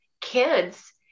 kids